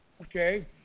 Okay